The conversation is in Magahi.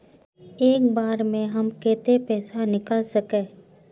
एक बार में हम केते पैसा निकल सके?